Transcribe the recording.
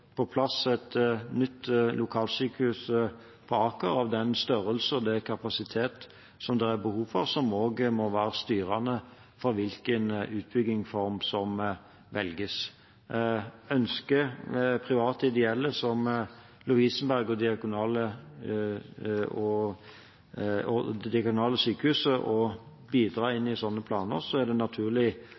på plass et nytt lokalsykehus på Aker av den størrelse og med den kapasitet som det er behov for, som må være styrende for hvilken utbyggingsform som velges. Ønsker private ideelle som Lovisenberg Diakonale Sykehus og Diakonhjemmet Sykehus å bidra i slike planer, er det naturlig